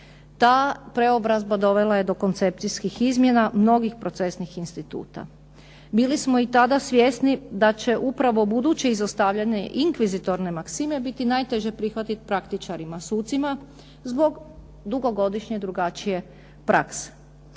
Ta preobrazba dovela je do koncepcijskih izmjena mnogih procesnih instituta. Bili smo i tada svjesni da će upravo buduće izostavljanje inkvizitorne maksime biti najteže prihvatiti praktičarima sucima zbog dugogodišnje drugačije prakse.